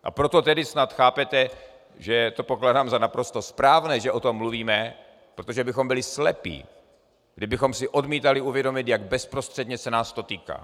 A proto tedy snad chápete, že to pokládám za naprosto správné, že o tom mluvíme, protože bychom byli slepí, kdybychom si odmítali uvědomit, jak bezprostředně se nás to týká.